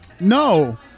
No